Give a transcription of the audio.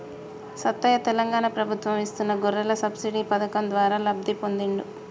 సత్తయ్య తెలంగాణ ప్రభుత్వం ఇస్తున్న గొర్రెల సబ్సిడీ పథకం ద్వారా లబ్ధి పొందిండు